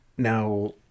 Now